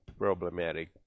Problematic